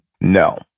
No